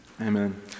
amen